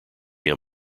him